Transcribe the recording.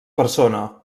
persona